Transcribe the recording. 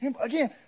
Again